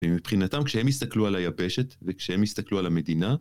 ומבחינתם כשהם הסתכלו על היבשת וכשהם הסתכלו על המדינה